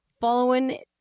following